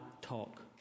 talk